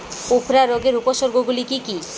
উফরা রোগের উপসর্গগুলি কি কি?